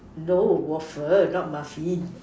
no waffle not muffin